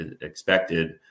expected